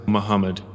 Muhammad